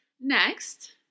Next